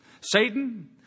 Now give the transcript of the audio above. Satan